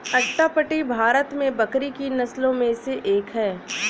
अट्टापडी भारत में बकरी की नस्लों में से एक है